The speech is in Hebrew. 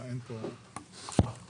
חוץ